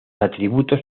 atributos